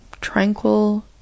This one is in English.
tranquil